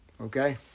okay